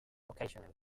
occasionally